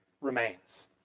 remains